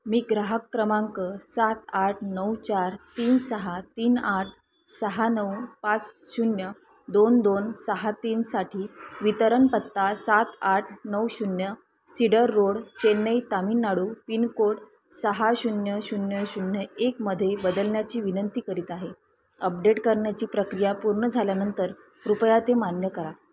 मी ग्राहक क्रमांक सात आठ नऊ चार तीन सहा तीन आठ सहा नऊ पाच शून्य दोन दोन सहा तीनसाठी वितरण पत्ता सात आठ नऊ शून्य cedar road Chennai Tamil Nadu pin code सहा शून्य शून्य शून्य एकमध्ये बदलण्याची विनंती करीत आहे अपडेट करण्याची प्रक्रिया पूर्ण झाल्यानंतर कृपया ते मान्य करा